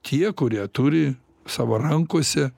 tie kurie turi savo rankose